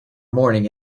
morning